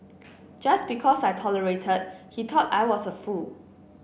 just because I tolerated he thought I was a fool